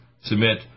submit